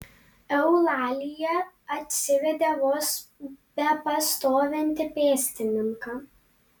eulalija atsivedė vos bepastovintį pėstininką